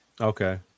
Okay